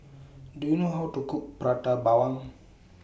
Do YOU know How to Cook Prata Bawang